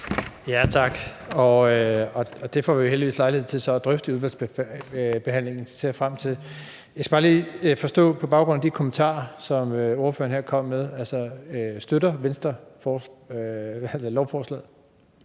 (S): Tak. Det får vi heldigvis lejlighed til så at drøfte i udvalgsbehandlingen. Det ser jeg frem til. Jeg skal bare lige forstå noget på baggrund af de kommentarer, som ordføreren her kom med. Støtter Venstre lovforslaget?